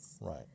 Right